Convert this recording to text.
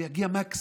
זה יגיע מקסימום